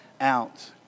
out